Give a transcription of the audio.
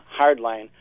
Hardline